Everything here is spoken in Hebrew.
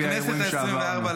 בכנסת העשרים-וארבע,